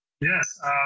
Yes